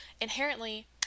inherently